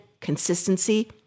consistency